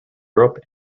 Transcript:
europe